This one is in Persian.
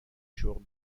شغل